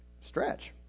stretch